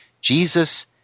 jesus